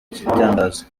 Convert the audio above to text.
igitangaza